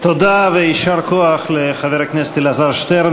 תודה ויישר כוח לחבר הכנסת אלעזר שטרן